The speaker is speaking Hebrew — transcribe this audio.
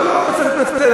לא צריך להתנצל.